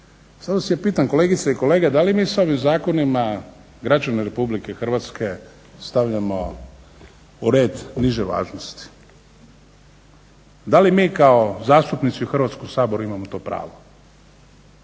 Sada se pitam kolegice i kolege da li mi s ovim zakonima građana Republike Hrvatske stavljamo u red niže važnosti? Da li mi kao zastupnici u Hrvatskom saboru imamo to pravo?